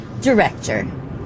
director